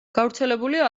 გავრცელებულია